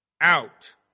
out